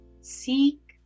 seek